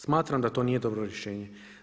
Smatram da to nije dobro rješenje.